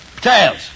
Tails